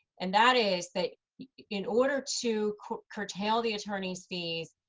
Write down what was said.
and that is that in order to curtail the attorney's fees,